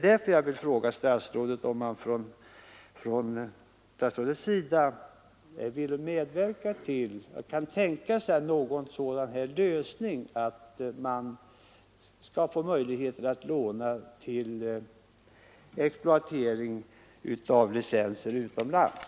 Därför vill jag fråga statsrådet, om han kan tänka sig att medverka till att lånemöjligheter skapas vid exploatering av licenser utomlands.